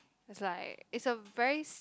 it's like it's a very s~